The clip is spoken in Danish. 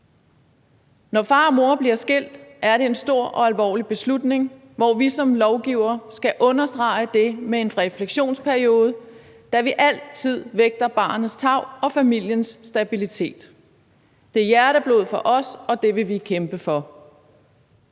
Når far og mor bliver skilt, er det en stor og alvorlig beslutning, hvor vi som lovgivere skal understrege det med en refleksionsperiode, da vi altid vægter barnets tarv og familiens stabilitet. Det er hjerteblod for os, og det vil vi kæmpe for.